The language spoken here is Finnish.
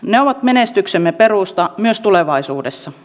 ne ovat menestyksemme perusta myös tulevaisuudessa